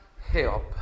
help